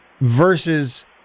versus